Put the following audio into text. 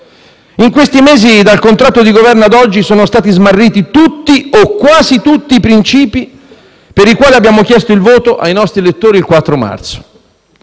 In questi mesi dal contratto di Governo ad oggi sono stati smarriti tutti o quasi tutti i principi per i quali abbiamo chiesto il voto ai nostri lettori il 4 marzo.